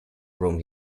from